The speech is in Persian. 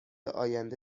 آینده